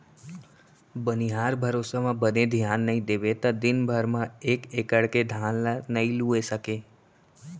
बनिहार भरोसा म बने धियान नइ देबे त दिन भर म एक एकड़ के धान ल नइ लूए सकें